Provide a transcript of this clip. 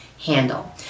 handle